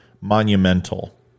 monumental